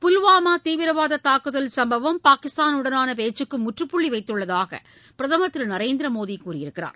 புல்வாமா தீவிரவாத தாக்குதல் சம்பவம் பாகிஸ்தான் உடனான பேச்சுக்கு முற்றுப்புள்ளி வைத்தள்ளதாக பிரதமர் திரு நரேந்திர மோடி கூறியிருக்கிறார்